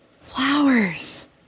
flowers